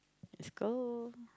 let's go